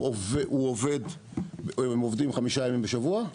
הם עובדים חמישה ימים בשבוע,